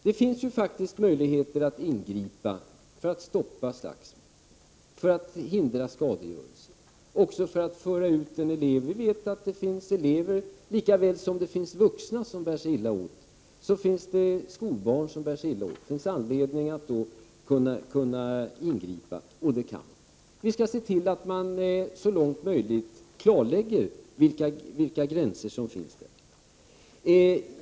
Det finns faktiskt möjligheter att ingripa för att stoppa slagsmål, för att hindra skadegörelse och även för att föra ut en elev. Vi vet att de lika väl som det finns vuxna som bär sig illa åt, finns skolbarn som bär sig illa åt. Då är det anledning att ingripa, och det kan man göra. Vi skall se till att det, så långt som möjligt, klarläggs vilka gränser som finns.